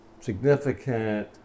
significant